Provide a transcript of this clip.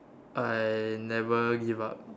I never give up